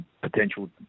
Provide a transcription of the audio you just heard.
potential